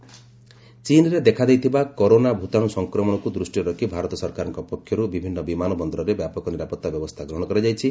corona virus ଚୀନରେ ଦେଖାଦେଇଥିବା corona ଭୂତାଣୁ ସଂକ୍ରମଣକୁ ଦୃଷ୍ଟିରେ ରଖି ଭାରତ ସରକାରଙ୍କ ପକ୍ଷରୁ ବିଭିନ୍ନ ବିମାନ ବନ୍ଦରରେ ବ୍ୟାପକ ନିରାପତ୍ତା ବ୍ୟବସ୍ଥା ଗ୍ରହଣ କରାଯାଇଛି